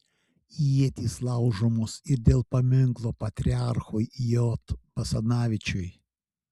ietys laužomos ir dėl paminklo patriarchui j basanavičiui